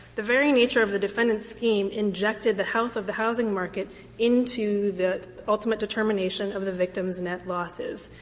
the very nature of the defendant's scheme injected the health of the housing market into the ultimate determination of the victim's net losses.